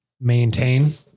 maintain